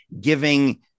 giving